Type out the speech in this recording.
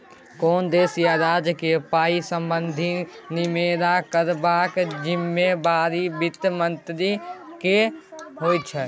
कोनो देश या राज्यक पाइ संबंधी निमेरा करबाक जिम्मेबारी बित्त मंत्रीक होइ छै